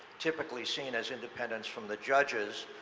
typically seen as independence from the judges.